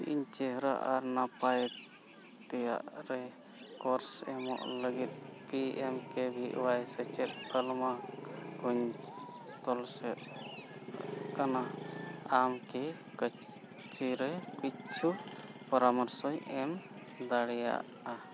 ᱤᱧ ᱪᱮᱦᱨᱟ ᱟᱨ ᱱᱟᱯᱟᱭ ᱛᱮᱭᱟᱜ ᱨᱮ ᱠᱳᱨᱥ ᱮᱢᱚᱜ ᱞᱟᱹᱜᱤᱫ ᱯᱤ ᱮᱢ ᱠᱮ ᱵᱷᱤ ᱚᱣᱟᱭ ᱥᱮᱪᱮᱫ ᱛᱟᱞᱢᱟ ᱠᱚᱧ ᱛᱚᱞᱟᱥᱮᱫ ᱠᱟᱱᱟ ᱟᱢᱠᱤ ᱠᱳᱪᱪᱤ ᱨᱮ ᱠᱤᱪᱷᱩ ᱯᱚᱨᱟᱢᱚᱨᱥᱚᱢ ᱮᱢ ᱫᱟᱲᱮᱭᱟᱜᱼᱟ